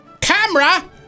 Camera